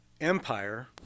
empire